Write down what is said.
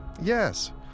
Yes